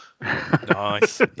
Nice